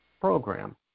program